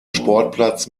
sportplatz